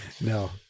No